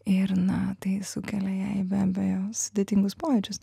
ir na tai sukelia jai be abejo sudėtingus pojūčius